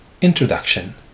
Introduction